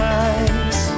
eyes